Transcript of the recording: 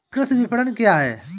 कृषि विपणन क्या है?